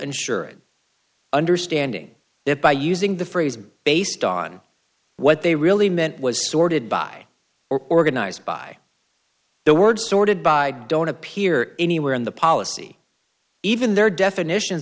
insurance understanding that by using the phrase based on what they really meant was sorted by or organized by the word sorted by don't appear anywhere in the policy even their definitions